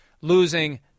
losing